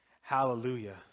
hallelujah